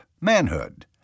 Manhood